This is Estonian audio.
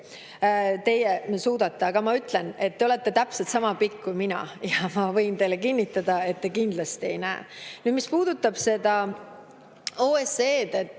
seda suudate. Aga ma ütlen, et te olete täpselt sama pikk kui mina, ja ma võin teile kinnitada, et te kindlasti ei näe. Mis puudutab OSCE‑d,